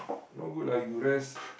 no good lah you rest